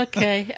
Okay